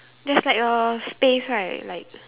there's like a space right like